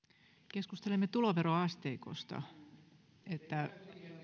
keskustelemme tuloveroasteikosta niin että